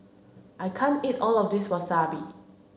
I can't eat all of this Wasabi